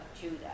Judah